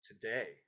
today